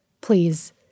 please